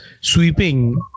sweeping